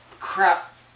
crap